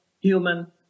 human